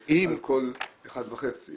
שעל כל אחד וחצי,